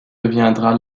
deviendra